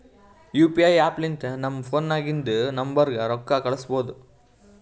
you P I app ಲಿಂತ ನಮ್ ಫೋನ್ನಾಗಿಂದ ನಂಬರ್ಗ ರೊಕ್ಕಾ ಕಳುಸ್ಬೋದ್